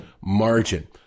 margin